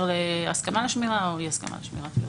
להסכמה לשמירה או לאי הסכמה לשמירה.